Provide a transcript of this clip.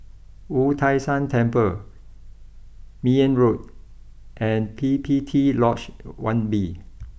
Wu Tai Shan Temple Meyer Road and P P T Lodge one B